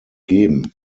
geben